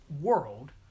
world